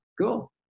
cool